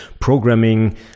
programming